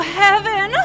heaven